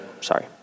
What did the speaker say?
sorry